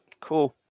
Cool